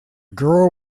girl